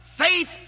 Faith